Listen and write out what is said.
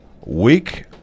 Week